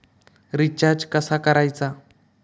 Recharge कसा करायचा?